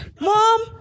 Mom